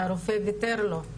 הרופא ויתר לו.